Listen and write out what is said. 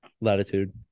latitude